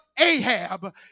Ahab